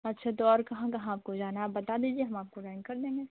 अच्छा तो और कहाँ कहाँ आपको जाना है आप बता दीजिए हम आपको जॉइन कर देंगे